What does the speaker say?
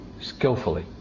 skillfully